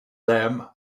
them